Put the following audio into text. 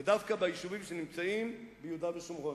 הם דווקא יישובים שנמצאים ביהודה ושומרון.